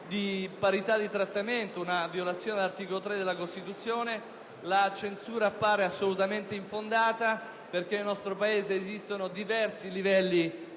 parità di trattamento di cui all'articolo 3 della Costituzione. La censura appare assolutamente infondata, perché nel nostro Paese esistono diversi livelli